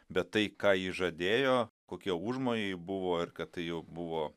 bet tai ką ji žadėjo kokie užmojai buvo ir kad tai jau buvo